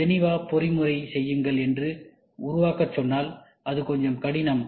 Geneva பொறிமுறையை செய்யுங்கள் என்று உருவாக்க சொன்னால் அது கொஞ்சம் கடினம்